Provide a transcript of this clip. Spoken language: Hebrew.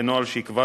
בנוהל שייקבע,